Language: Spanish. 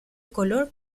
color